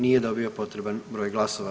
Nije dobio potreban broj glasova.